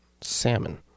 Salmon